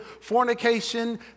fornication